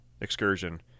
excursion